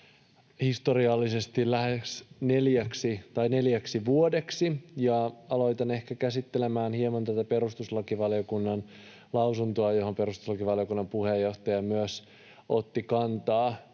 historiallisesti neljäksi vuodeksi. Ja aloitan ehkä käsittelemään hieman tätä perustuslakivaliokunnan lausuntoa, johon perustuslakivaliokunnan puheenjohtaja myös otti kantaa.